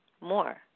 more